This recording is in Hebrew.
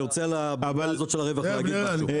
אני רוצה על הנקודה הזאת של הרווח להגיד משהו.